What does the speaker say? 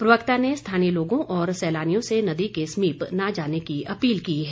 प्रवक्ता ने स्थानीय लोगों और सैलानियों से नदी के समीप न जाने की अपील की है